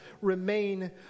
remain